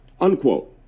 unquote